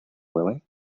willing